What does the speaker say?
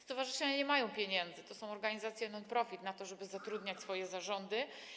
Stowarzyszenia nie mają pieniędzy - to są organizacje non profit - na to, żeby zatrudniać swoje zarządy.